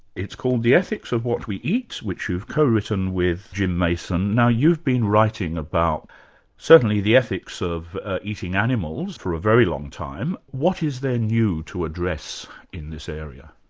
it's called the ethics of what we eat, which you've co-written with jim mason. now you've been writing about certainly the ethics of eating animals, for a very long time. what is there new to address in this area?